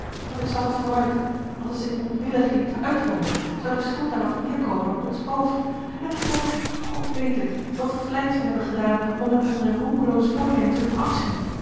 want ik zag het vooruit als hij zich moedwillig liet uithongeren zou de schuld daaraf neêrkomen op ons hoofd en toch god weet het wat vlijts wij hebben gedaan om hem van zijn roekeloos voornemen te doen afzien